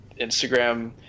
Instagram